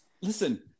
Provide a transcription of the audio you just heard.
listen